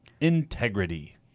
integrity